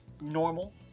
normal